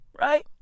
right